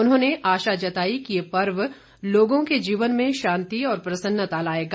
उन्होंने आशा जताई कि यह पर्व लोगों के जीवन में शांति और प्रसन्नता लाएगा